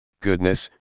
goodness